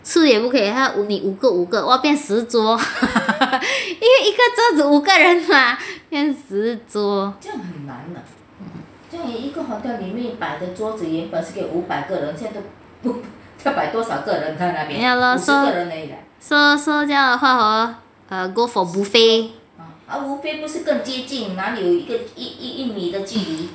吃也不可以他你五个五个哇变十桌 因为一个桌子五个人吗变十桌 ya lor so so so 这样的话 hor go for buffet